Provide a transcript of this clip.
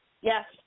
Yes